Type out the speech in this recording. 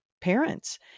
parents